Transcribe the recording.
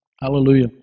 Hallelujah